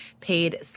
paid